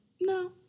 No